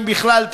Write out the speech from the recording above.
אם בכלל,